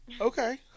Okay